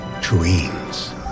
dreams